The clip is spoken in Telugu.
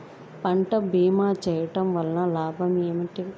పంట భీమా చేయుటవల్ల లాభాలు ఏమిటి?